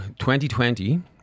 2020